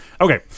Okay